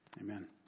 amen